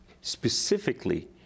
specifically